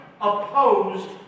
opposed